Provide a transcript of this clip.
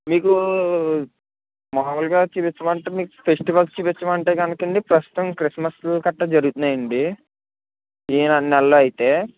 నీకు మామూలుగా చూపించమంటే మీకు ఫెస్టివల్స్ చూపించమంటే ప్రస్తుతం క్రిస్మస్ కట్ట జరుగుతున్నాయి అండి ఈ రెండు నెలలో అయితే